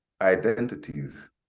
identities